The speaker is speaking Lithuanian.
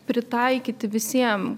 pritaikyti visiem